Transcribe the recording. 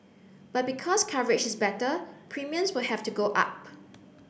but because coverage is better premiums will have to go up